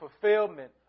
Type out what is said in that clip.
fulfillment